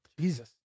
jesus